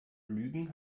lügen